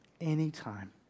anytime